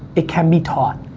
it can be taught.